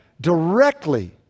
directly